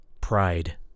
pride